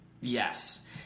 yes